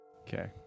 Okay